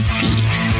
beef